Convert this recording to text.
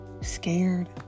scared